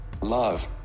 Love